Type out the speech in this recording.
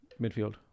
midfield